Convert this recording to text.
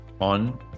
on